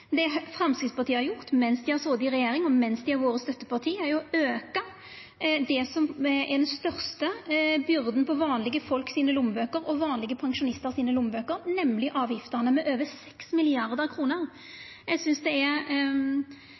Det Framstegspartiet har gjort mens dei har sete i regjering, og mens dei har vore støtteparti, er jo å auka det som er den største byrda for vanlege folk og vanlege pensjonistar sine lommebøker, nemleg avgiftene, med over 6 mrd. kr. Eg synest det er